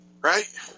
Right